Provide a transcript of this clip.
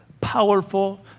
powerful